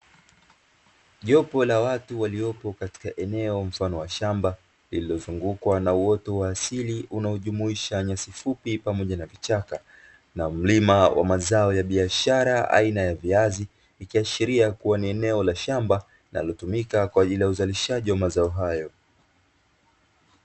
Jopo la watu waliopo eneo mfano wa shamba, lililozungukwa na uoto wa asili unaojumuisha nyasi fupi pamoja na vichaka, na mlima wa mazao ya biashara aina ya viazi, ikiashiria kuwa ni eneo la shamba linalotumika kwa ajili ya uzalishaji wa mazao hayo.